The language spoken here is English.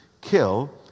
kill